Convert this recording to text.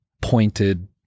pointed